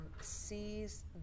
sees